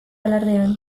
alardean